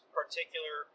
particular